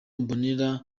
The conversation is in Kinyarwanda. mbonera